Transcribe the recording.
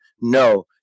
no